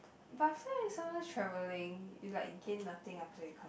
but friend is sometime travelling you like gain nothing after you come